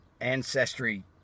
Ancestry